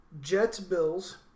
Jets-Bills